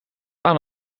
aan